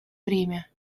время